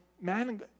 man